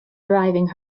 driving